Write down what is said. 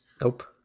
nope